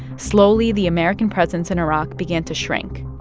slowly, the american presence in iraq began to shrink.